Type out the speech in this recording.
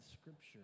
Scripture